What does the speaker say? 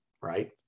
right